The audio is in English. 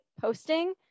posting